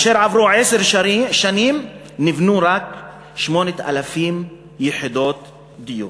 עברו עשר שנים ונבנו רק 8,000 יחידות דיור.